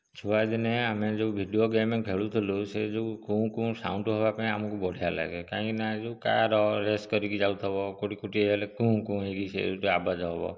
ଛୁଆ ଦିନେ ଆମେ ଯେଉଁ ଭିଡ଼ିଓ ଗେମ ଖେଳୁଥିଲୁ ସେହି ଯେଉଁ କୁଁ କୁଁ ସାଉଣ୍ଡ ହେବା ପାଇଁ ଆମକୁ ବଢ଼ିଆ ଲାଗେ କାହିଁକି ନା ଯେଉଁ କାର ରେସ କରିକି ଯାଉଥିବ କେଉଁଠି କୁଟି ହୋଇଗଲେ କୁଁ କୁଁ ହୋଇକି ସିଏ ଆବାଜ ହେବ